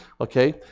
okay